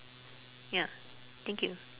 ya thank you